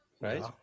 right